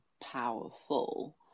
powerful